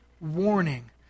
warning